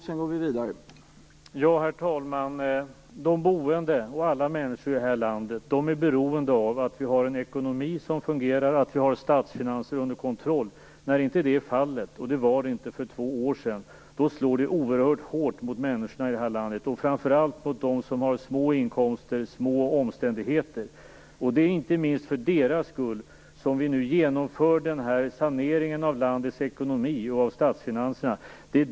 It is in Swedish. Herr talman! De boende, och alla människor i det här landet, är beroende av att Sverige har en ekonomi som fungerar och statsfinanser under kontroll. När detta inte är fallet, och det var det inte för två år sedan, slår detta oerhört hårt mot människorna. Framför allt slår det hårt mot dem som har låga inkomster och små omständigheter. Inte minst för deras skull genomförs nu saneringen av landets ekonomi och av statsfinanserna.